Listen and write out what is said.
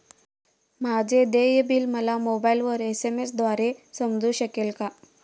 माझे देय बिल मला मोबाइलवर एस.एम.एस द्वारे समजू शकेल का?